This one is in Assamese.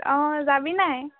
অ যাবি নাই